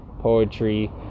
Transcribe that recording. poetry